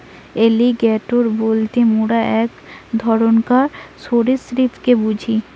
alligator বলতে মোরা এক ধরণকার সরীসৃপকে বুঝি